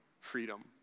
freedom